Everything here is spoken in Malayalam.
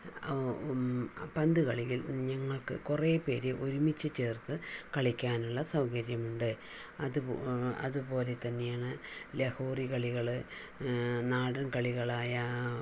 പന്തുകളിയിൽ ഞങ്ങൾക്ക് കുറേപേരെ ഒരുമിച്ചു ചേർത്ത് കളിക്കാനുള്ള സൗകര്യം ഉണ്ട് അതുപോലെ അതുപോലെത്തന്നെയാണ് ലഹോറി കളികൾ നാടൻ കളികളായ